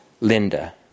Linda